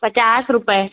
पचास रुपये